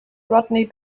rodney